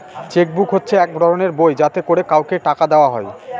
check book হচ্ছে এক ধরনের বই যাতে করে কাউকে টাকা দেওয়া হয়